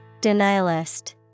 Denialist